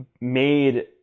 made